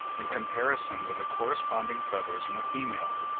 in comparison with the corresponding feathers in the female.